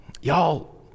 Y'all